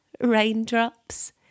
raindrops